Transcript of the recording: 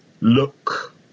look